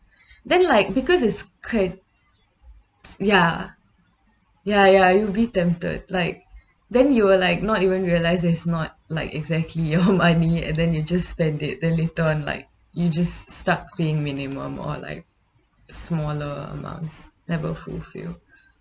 then like because it's cre~ ya ya ya you'll be tempted like then you will like not even realise it's not like exactly your money and then you just spend it then later on like you just stuck being minimum or like smaller amounts never fulfil